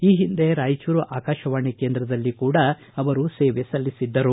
ಈ ಹಿಂದೆ ರಾಯಚೂರು ಆಕಾಶವಾಣಿ ಕೇಂದ್ರದಲ್ಲಿ ಕೂಡ ಅವರು ಸೇವೆ ಸಲ್ಲಿಸಿದ್ದರು